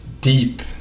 deep